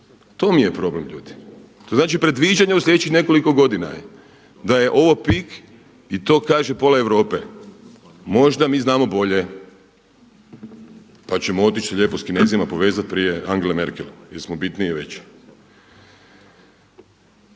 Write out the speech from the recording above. to mi je problem ljudi. To znači predviđanja u sljedećih nekoliko godina. Da je ovo … i to kaže pola Europe. Možda mi znamo bolje pa ćemo otići se lijepo s Kinezima povezati prije Angele Merkel jer smo bitniji i veći.